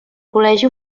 col·legi